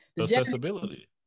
Accessibility